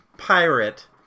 pirate